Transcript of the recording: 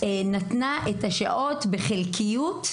שנתנה את השעות בחלקיות,